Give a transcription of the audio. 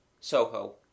Soho